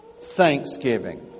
thanksgiving